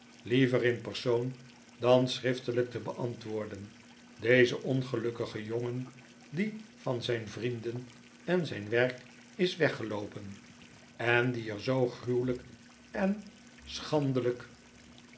liever in persoon dan schriftelijk te beantwoorden deze ongelukkige jongen die van zijn vrienden en zijn werk is weggeloopen en die er zoo gruwelijk en schandelijk